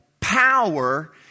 power